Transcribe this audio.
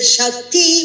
Shakti